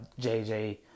JJ